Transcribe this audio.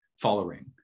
following